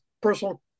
personal